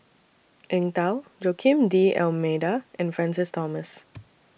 Eng Tow Joaquim D'almeida and Francis Thomas